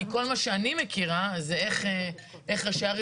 כי כל מה שאני מכירה זה איך ראשי ערים